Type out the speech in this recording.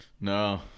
No